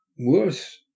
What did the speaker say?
Worse